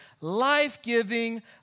life-giving